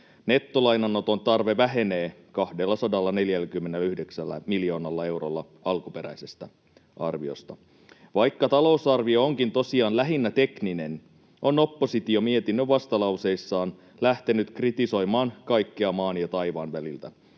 Nettolainanoton tarve vähenee 249 miljoonalla eurolla alkuperäisestä arviosta. Vaikka talousarvio onkin tosiaan lähinnä tekninen, on oppositio mietinnön vastalauseissaan lähtenyt kritisoimaan kaikkea maan ja taivaan väliltä